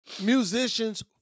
musicians